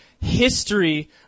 history